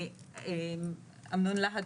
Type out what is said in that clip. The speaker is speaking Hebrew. אמנון להד,